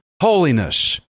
holiness